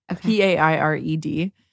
P-A-I-R-E-D